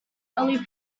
early